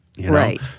Right